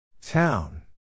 Town